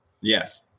Yes